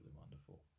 wonderful